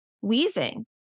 wheezing